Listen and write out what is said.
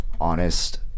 honest